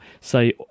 say